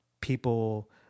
people